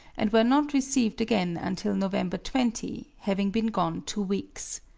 and were not received again until november twenty, having been gone two weeks.